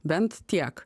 bent tiek